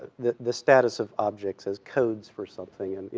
the, the status of objects as codes for something. and, you